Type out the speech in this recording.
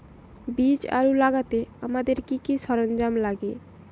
বীজ আলু লাগাতে আমাদের কি কি সরঞ্জাম লাগে?